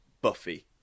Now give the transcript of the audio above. Buffy